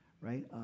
right